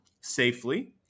safely